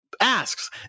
asks